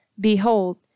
Behold